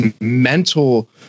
mental